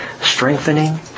strengthening